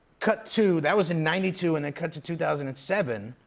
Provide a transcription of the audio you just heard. cut to that was in ninety two. and then cut to two thousand and seven.